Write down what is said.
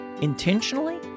intentionally